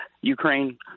Ukraine